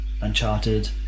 Uncharted